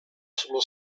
sullo